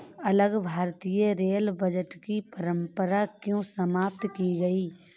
अलग भारतीय rail budget की परंपरा क्यों समाप्त की गई?